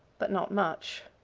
but not much.